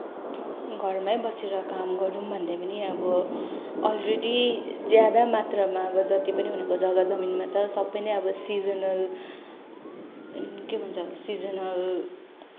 घरमै बसेर काम गरौँ भन्दा पनि अब अलरेडी ज्यादा मात्रामा अब जति पनि उनीहरूको जग्गा जमिन छ सबै नै अब सिजनल के भन्छ अब सिजनल